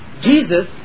Jesus